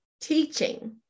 teaching